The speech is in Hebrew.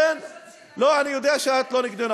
אני לא נגדכם,